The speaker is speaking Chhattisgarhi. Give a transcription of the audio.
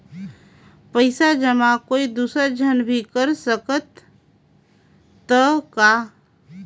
पइसा जमा कोई दुसर झन भी कर सकत त ह का?